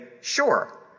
sure